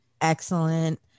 excellent